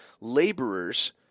laborers